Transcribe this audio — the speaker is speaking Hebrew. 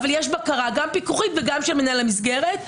גם פיקוחית וגם של מנהל המסגרת.